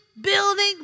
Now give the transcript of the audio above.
building